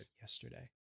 yesterday